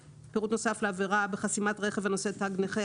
3ב62(12)בחסימת רכב הנושא תג נכה,